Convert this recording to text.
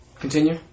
Continue